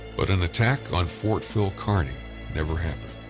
but an attack on fort phil kearny never happened.